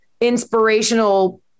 inspirational